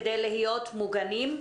כדי להיות מוגנים,